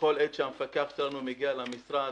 בכל עת שהמפקח שלנו מגיע למשרד,